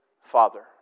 Father